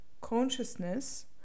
consciousness